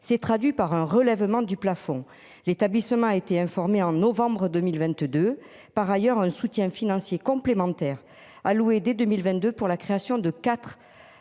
s'est traduit par un relèvement du plafond, l'établissement a été informé en novembre 2022 par ailleurs un soutien financier complémentaire à louer des 2022 pour la création de 4